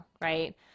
right